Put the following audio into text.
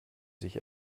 sich